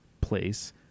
place